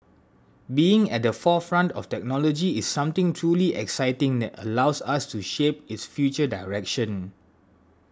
being at the forefront of technology is something truly exciting that allows us to shape its future direction